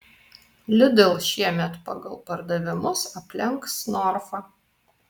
lidl šiemet pagal pardavimus aplenks norfą